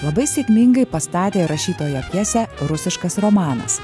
labai sėkmingai pastatė rašytojo pjesę rusiškas romanas